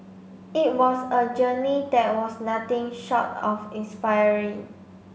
it was a journey that was nothing short of inspiring